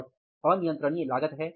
और अनियंत्रणीय लागत है